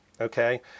okay